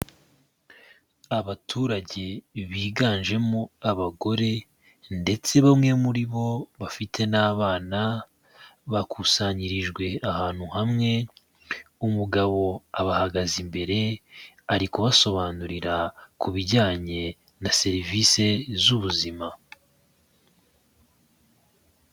Abaturage biganjemo abagore, ndetse bamwe muri bo bafite n'abana, bakusanyirijwe ahantu hamwe, umugabo abahagaze imbere ari kubasobanurira ku bijyanye na serivisi z'ubuzima.